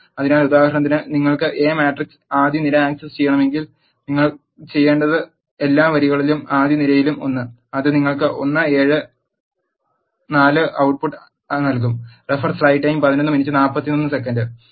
അതിനാൽ ഉദാഹരണത്തിന് നിങ്ങൾക്ക് എ മാട്രിക്സ് ആദ്യ നിര ആക്സസ് ചെയ്യണമെങ്കിൽ നിങ്ങൾ ചെയ്യേണ്ടത് എല്ലാ വരികളിലും ആദ്യ നിരയിലും ഒന്ന് അത് നിങ്ങൾക്ക് 1 4 7 output ട്ട് പുട്ട് നൽകും